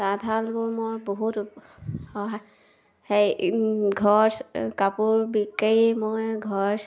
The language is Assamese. তাত শালবোৰ মই বহুত সহায় সেই ঘৰৰ কাপোৰ বিকি মই ঘৰ